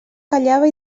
callava